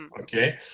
okay